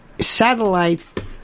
satellite